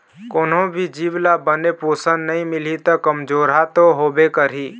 कोनो भी जीव ल बने पोषन नइ मिलही त कमजोरहा तो होबे करही